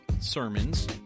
sermons